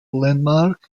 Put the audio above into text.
landmark